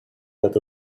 that